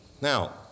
Now